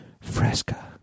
Fresca